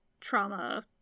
trauma